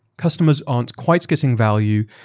customers aren't quite getting value,